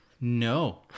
no